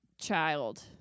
child